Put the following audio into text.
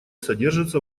содержится